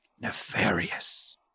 nefarious